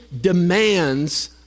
demands